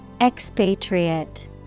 Expatriate